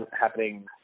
happening